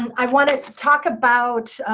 and i wanted to talk about